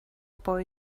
boy